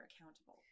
accountable